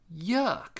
Yuck